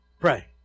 Pray